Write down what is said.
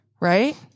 right